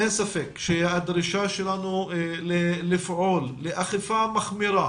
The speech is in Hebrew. אין ספק שהדרישה שלנו לפעול לאכיפה מחמירה